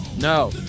No